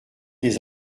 des